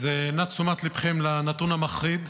אז נא תשומת ליבכם לנתון המחריד: